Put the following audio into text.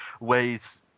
ways